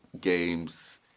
games